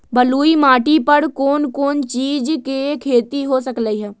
बलुई माटी पर कोन कोन चीज के खेती हो सकलई ह?